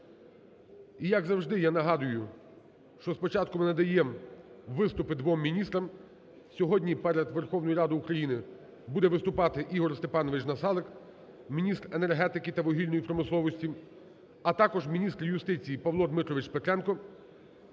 І, як завжди, я нагадую, що спочатку ми надаєм виступи двом міністрам. Сьогодні перед Верховною Радою України буде виступати Ігор Степанович Насалик, міністр енергетики та вугільної промисловості, а також міністр юстиції Павло Дмитрович Петренко